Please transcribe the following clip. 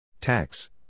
Tax